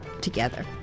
together